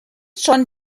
schon